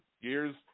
years